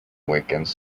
weekends